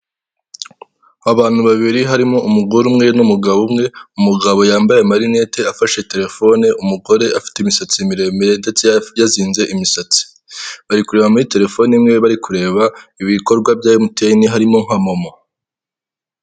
Abantu babiri harimo umugore umwe n'umugabo umwe, umugabo yambaye amarinete afashe telefone, umugore afite imisatsi miremire ndetse yazinze imisatsi, bari kureba muri telefone imwe, bari kureba ibikorwa bya emutiyene harimo nka momo.